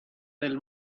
del